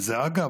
ואגב,